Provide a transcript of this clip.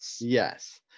yes